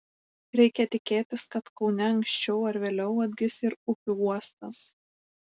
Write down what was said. reikia tikėtis kad kaune anksčiau ar vėliau atgis ir upių uostas